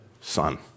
son